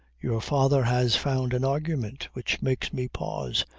your father has found an argument which makes me pause,